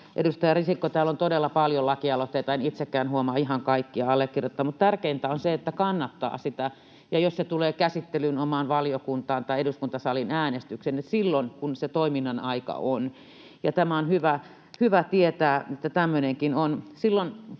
edustaja Risikko, täällä on todella paljon lakialoitteita. En itsekään huomaa ihan kaikkia allekirjoittaa, mutta tärkeintä on se, että kannattaa sitä, jos se tulee käsittelyyn omaan valiokuntaan tai eduskuntasalin äänestykseen, silloin, kun se toiminnan aika on. On hyvä tietää, että tämmöinenkin on. Silloin,